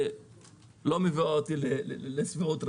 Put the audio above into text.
לא מביאה אותי לשביעות רצון,